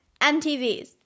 MTVs